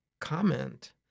comment